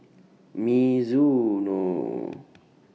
Mizuno